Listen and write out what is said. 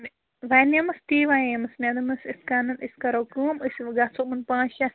وَنے مَس تی وَنے مَس مےٚ دوٚپمَس اِتھ کَن أسۍ کَرو کٲم أسۍ گژھو یِمَن پانٛژھ شیٚتھ